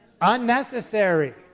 Unnecessary